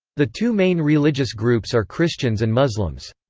the two main religious groups are christians and muslims.